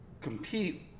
compete